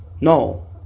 No